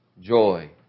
joy